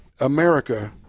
America